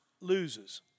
loses